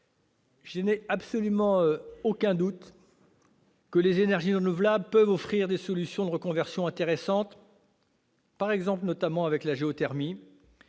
ne doute absolument pas que les énergies renouvelables puissent offrir des solutions de reconversion intéressantes, par exemple avec la géothermie.